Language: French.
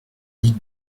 ligue